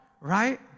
right